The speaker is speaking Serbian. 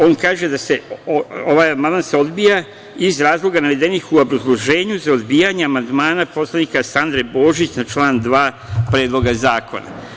On kaže: „Ovaj amandman se odbija iz razloga navedenih u obrazloženju za odbijanje amandmana poslanika Sandre Božić na član 2. Predloga zakona“